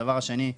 הדבר השני,